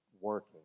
Working